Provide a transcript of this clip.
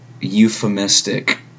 euphemistic